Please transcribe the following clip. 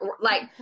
like-